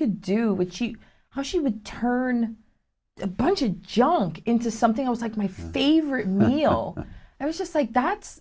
could do with she how she would turn a bunch of junk into something else like my favorite meal i was just like that's